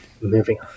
moving